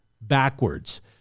backwards